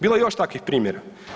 Bilo je još takvih primjera.